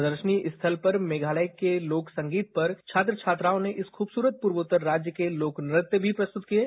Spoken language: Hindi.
प्रदर्शनी स्थल पर मेघालय के लोक संगीत पर छात्र छात्राओं ने इस खूबसूरत पूर्वोत्तर राज्य के लोक नृत्य भी प्रस्तुत किये